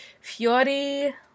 Fiori